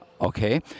Okay